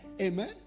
Amen